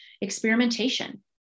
experimentation